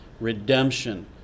redemption